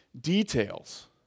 details